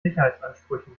sicherheitsansprüchen